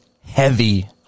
heavy